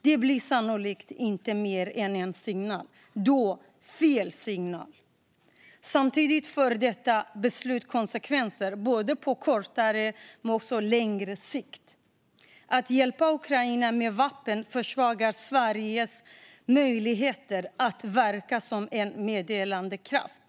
Det blir sannolikt inte mer än en signal - och då fel signal. Samtidigt får detta beslut konsekvenser på både kortare och längre sikt. Att hjälpa Ukraina med vapen försvagar Sveriges möjligheter att verka som en medlande kraft.